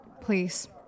Please